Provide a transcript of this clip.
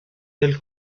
del